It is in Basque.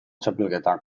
txapelketak